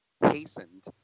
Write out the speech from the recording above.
hastened